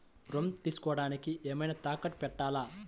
ఋణం తీసుకొనుటానికి ఏమైనా తాకట్టు పెట్టాలా?